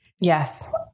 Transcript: Yes